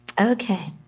Okay